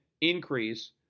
increase